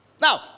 Now